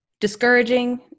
discouraging